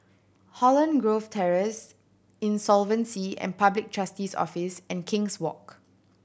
Holland Grove Terrace Insolvency and Public Trustee's Office and King's Walk